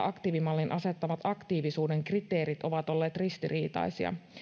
aktiivimallin asettamat aktiivisuuden kriteerit ovat olleet ristiriitaisia